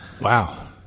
Wow